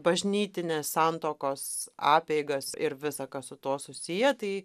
bažnytinės santuokos apeigas ir visa kas su tuo susiję tai